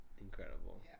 incredible